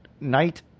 night